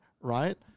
right